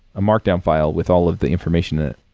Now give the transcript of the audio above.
a markdown file with all of the information in it.